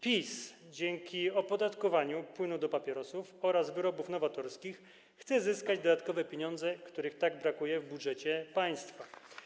PiS dzięki opodatkowaniu płynu do papierosów oraz wyrobów nowatorskich chce zyskać dodatkowe pieniądze, których tak brakuje w budżecie państwa.